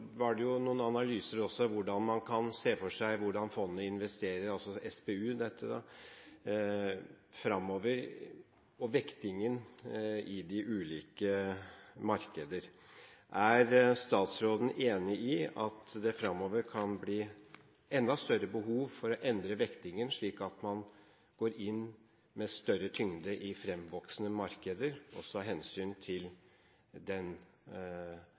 var det noen analyser av hvordan man kan se for seg at Statens pensjonsfond utland investerer fremover og vektingen i de ulike markeder. Er statsråden enig i at det fremover kan bli enda større behov for å endre vektingen, slik at man går inn med større tyngde i fremvoksende markeder, også av hensyn til den